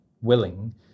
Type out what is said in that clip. willing